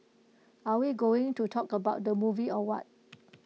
are we going to talk about the movie or what